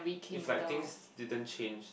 is like things didn't change